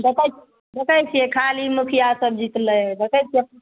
देखय देखय छियै खाली मुखिया सब जीतलइ देखय छियै